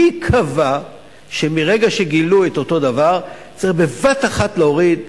מי קבע שמרגע שגילו את אותו דבר צריך בבת-אחת להוריד,